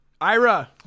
Ira